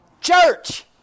Church